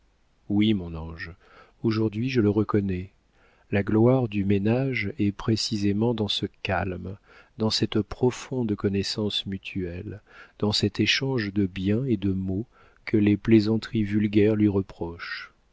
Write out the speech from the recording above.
oui mon ange aujourd'hui je le reconnais la gloire du ménage est précisément dans ce calme dans cette profonde connaissance mutuelle dans cet échange de biens et de maux que les plaisanteries vulgaires lui reprochent